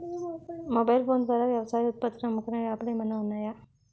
Mobile phone ద్వారా వ్యవసాయ ఉత్పత్తులు అమ్ముకునే యాప్ లు ఏమైనా ఉన్నాయా?